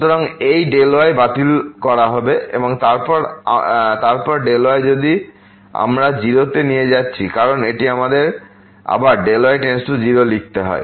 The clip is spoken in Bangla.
সুতরাং এই Δy এখানে বাতিল করা হবে এবং তারপর Δy যদি আমরা 0 তে নিয়ে যাচ্ছি কারণ এটি আমাদের আবার Δy→0 লিখতে দেয়